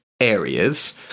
areas